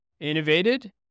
innovated